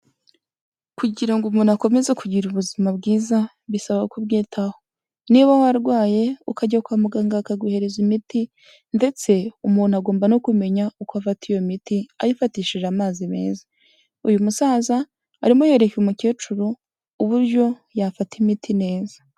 Kugira ngo umuntu akomeze kugira ubuzima bwiza bisaba kubwitaho, niba warwaye ukajya kwa muganga bakaguhereza imiti ndetse umuntu agomba no kumenya uko afata iyo miti ayifatishije amazi meza, uyu musaza arimo yereka umukecuru uburyo yafata imiti neza.